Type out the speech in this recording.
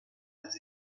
als